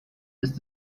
ist